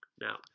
Now